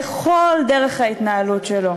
בכל דרך ההתנהלות שלו.